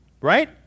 Right